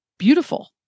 beautiful